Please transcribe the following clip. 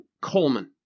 Coleman